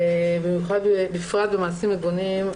בפרט במעשים מגונים,